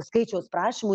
skaičiaus prašymų